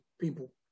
people